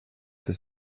till